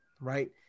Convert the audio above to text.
right